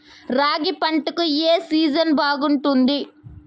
రాగి పంటకు, ఏ సీజన్ బాగుంటుంది?